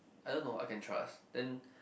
I don't know I can trust then